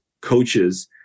coaches